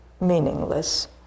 meaningless